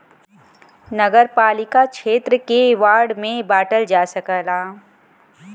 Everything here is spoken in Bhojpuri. नगरपालिका क्षेत्र के वार्ड में बांटल जा सकला